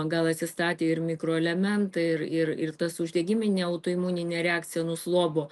gal atsistatė ir mikroelementai ir ir tas uždegiminė autoimuninė reakcija nuslobo